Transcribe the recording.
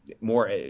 more